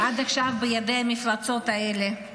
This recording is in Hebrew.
עד עכשיו בידי המפלצות האלה?